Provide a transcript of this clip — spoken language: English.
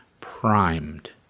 primed